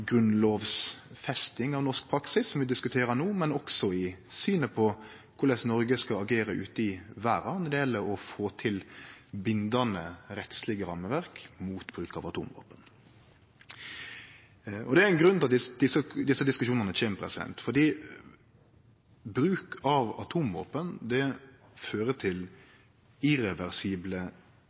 grunnlovfesting av norsk praksis, som vi diskuterer no, og også i synet på korleis Noreg skal agere ute i verda når det gjeld å få til bindande rettslege rammeverk mot bruk av atomvåpen. Det er ein grunn til at desse diskusjonane kjem, for bruk av atomvåpen har irreversible menneskelege konsekvensar, irreversible miljømessige konsekvensar. Eg trur det